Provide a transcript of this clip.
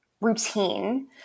routine